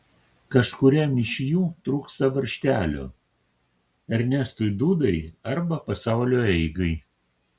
kažkuriam iš jų trūksta varžtelio ernestui dūdai arba pasaulio eigai